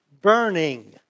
burning